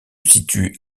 situe